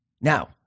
Now